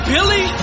Billy